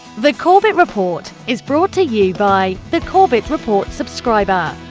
the corbett report is brought to you by the corbett report subscriber,